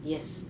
yes